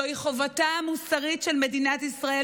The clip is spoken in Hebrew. זוהי חובתה המוסרית של מדינת ישראל,